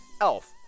elf